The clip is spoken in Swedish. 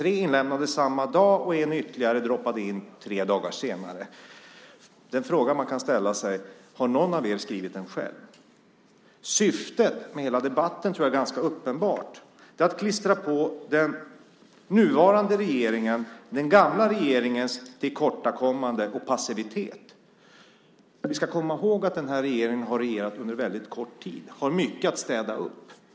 Tre är inlämnade samma dag, och ytterligare en droppade in tre dagar senare. Den fråga man kan ställa sig är: Har någon av er skrivit interpellationen själv? Syftet med hela debatten tror jag är ganska uppenbart. Det är att klistra på den nuvarande regeringen den gamla regeringens tillkortakommanden och passivitet. Men vi ska komma ihåg att den här regeringen har regerat under väldigt kort tid och har mycket att städa upp.